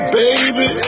baby